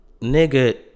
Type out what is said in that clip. nigga